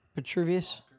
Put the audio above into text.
Petruvius